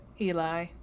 Eli